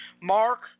Mark